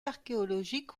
archéologiques